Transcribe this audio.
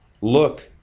look